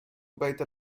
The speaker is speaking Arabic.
بيت